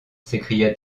s’écria